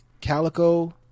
calico